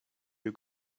you